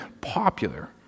popular